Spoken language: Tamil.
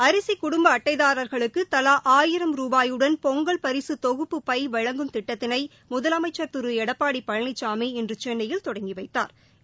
அரிசி குடும்ப அட்டைதாரர்களுக்கு தலா ஆயிரம் ரூபாயுடன் பொங்கல் பரிசு தொகுப்பு பை வழங்கும் திட்டத்தினை முதலமைச்சர் திரு எடப்பாடி பழனிசாமி இன்று சென்னையில் தொடங்கி வைத்தாா்